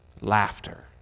laughter